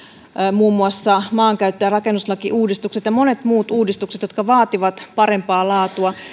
muun muassa maankäyttö ja rakennuslakiuudistukset ja monet muut uudistukset jotka vaativat parempaa laatua